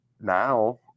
now